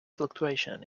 fluctuation